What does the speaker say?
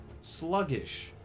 sluggish